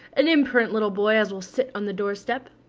an imperent little boy as will sit on the doorstep.